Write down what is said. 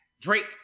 Drake